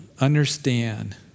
understand